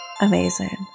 Amazing